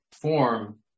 form